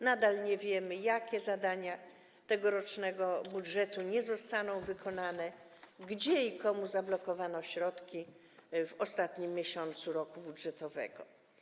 Nadal nie wiemy, jakie zadania tegorocznego budżetu nie zostaną wykonane, gdzie i komu zablokowano środki w ostatnim miesiącu roku budżetowego.